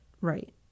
Right